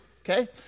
Okay